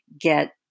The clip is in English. get